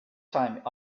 time